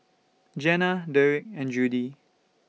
Jana Derik and Judie